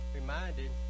reminded